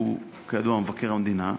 שהוא, כידוע, מבקר המדינה,